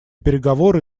переговоры